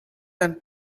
and